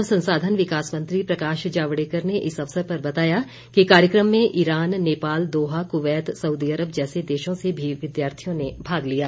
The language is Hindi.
मानव संसाधन विकास मंत्री प्रकाश जावड़ेकर ने इस अवसर पर बताया कि कार्यक्रम में Iran Nepal Doha Kuwait Saudi Arab जैसे देशों से भी विद्यार्थियों ने भाग लिया